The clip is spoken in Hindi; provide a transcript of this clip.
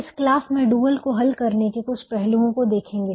इस क्लास में डुअल को हल करने के कुछ पहलुओं को देखेंगे